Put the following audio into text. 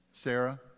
Sarah